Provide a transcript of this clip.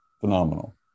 Phenomenal